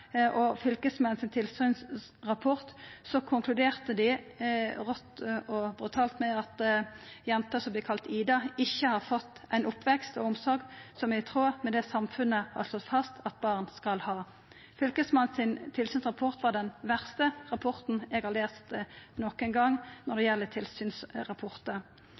og i tilsynsrapporten frå Fylkesmannen konkluderte ein – rått og brutalt – med at jenta, som vert kalla Ida, ikkje har fått ein oppvekst og ei omsorg som er i tråd med det som samfunnet har slått fast at barn skal ha. Tilsynsrapporten frå Fylkesmannen er den verste tilsynsrapporten eg har lese nokon gong.